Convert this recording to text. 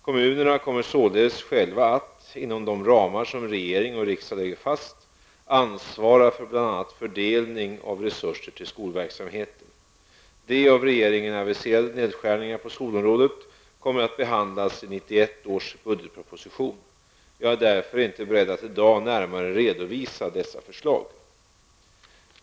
Kommunerna kommer således själva att -- inom de ramar som regering och riksdag lägger fast -- ansvara för bl.a. fördelning av resurser till skolverksamheten. De av regeringen aviserade nedskärningarna på skolområdet kommer att behandlas i 1991 års budgetproposition. Jag är därför inte beredd att i dag närmare redovisa dessa förslag.